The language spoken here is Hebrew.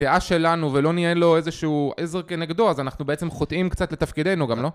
דעה שלנו ולא נהיה לו איזשהו עזר כנגדו אז אנחנו בעצם חוטאים קצת לתפקידנו גם לא?